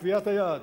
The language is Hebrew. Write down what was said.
לקביעת היעד.